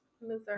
Missouri